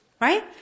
Right